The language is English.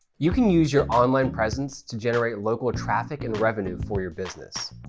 you can use your online presence to generate local traffic and revenue for your business.